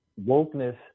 wokeness